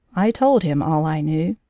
i told him all i knew.